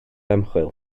ymchwil